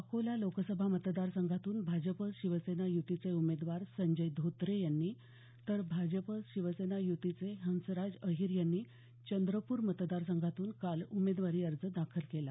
अकोला लोकसभा मतदार संघातून भाजप शिवसेना युतीचे उमेदवार संजय धोत्रे यांनी तर भाजप शिवसेना युतीचे हंसराज अहीर यांनी चंद्रपूर मतदार संघातून काल उमेदवारी अर्ज दाखल केला